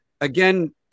again